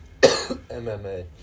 MMA